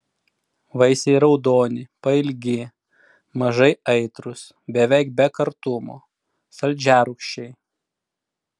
vaisiai raudoni pailgi mažai aitrūs beveik be kartumo saldžiarūgščiai